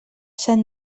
sant